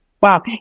Wow